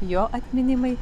jo atminimui